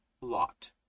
Lot